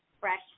fresh